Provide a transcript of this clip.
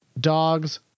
dogs